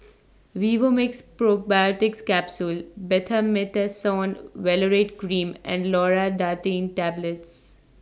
Vivomixx Probiotics Capsule Betamethasone Valerate Cream and Loratadine Tablets